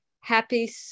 Happy